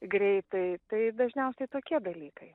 greitai tai dažniausiai tokie dalykai